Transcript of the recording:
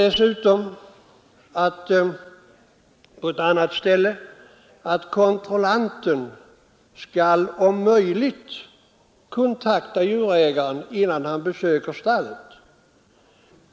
På ett annat ställe heter det dessutom att kontrollanten skall om möjligt kontakta djurägaren innan han besöker stallet.